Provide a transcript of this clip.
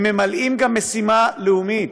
הם ממלאים גם משימה לאומית,